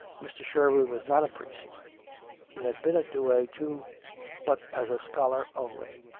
mr. sherwood was not a priest he had been at douay, too, but as a scholar only.